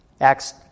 Acts